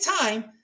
time